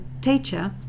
teacher